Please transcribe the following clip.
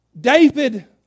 David